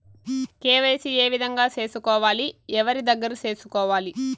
KYC ఏ విధంగా సేసుకోవాలి? ఎవరి దగ్గర సేసుకోవాలి?